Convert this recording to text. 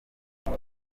izi